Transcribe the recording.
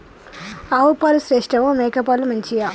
ఆవు పాలు శ్రేష్టమా మేక పాలు మంచియా?